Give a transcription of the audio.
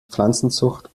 pflanzenzucht